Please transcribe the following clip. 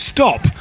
Stop